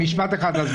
הרע.